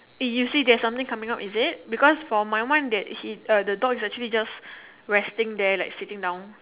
eh you see there's something coming out is it because for my one day that he uh the dog is actually just resting there like sitting down